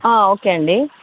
okay అండి